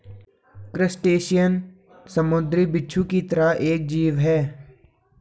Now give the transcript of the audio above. crustacean समुंद्री बिच्छू की तरह एक जीव है